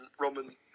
Roman